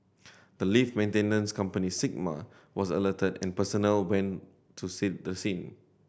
the lift maintenance company Sigma was alerted and personnel went to sent the scene